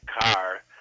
car